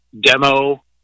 demo